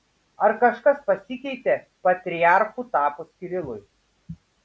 ar kažkas pasikeitė patriarchu tapus kirilui